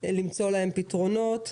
למצוא להם פתרונות.